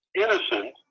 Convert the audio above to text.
innocent